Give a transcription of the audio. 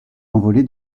envolé